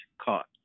caught